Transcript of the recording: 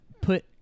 put